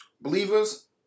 believers